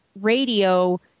radio